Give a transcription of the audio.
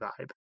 vibe